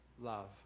love